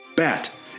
Bat